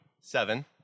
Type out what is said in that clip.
seven